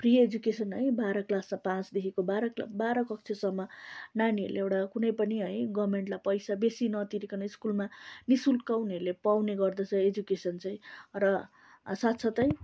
free education है बाह्र class पासदेखिको बाह्र क्ला बाह्र कक्षासम्म नानीहरूले एउटा कुनै पनि है गर्मेन्टलाई पैसा बेसी नतिरीकन स्कुलमा निःशुल्क उनीहरूले पाउने गर्दछ एजुकेसन चाहिँ र साथसाथै